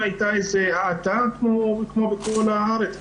הייתה איזה האטה כמו בכל הארץ,